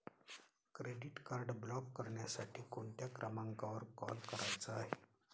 Credit card block करण्यासाठी कोणत्या क्रमांकावर कॉल करायचा आहे?